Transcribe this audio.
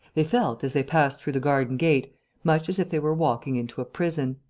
they felt, as they passed through the garden-gate, much as if they were walking into a prison.